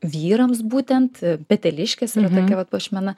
vyrams būtent peteliškės yra tokia vat puošmena